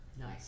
Nice